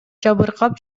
жабыркап